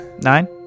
Nine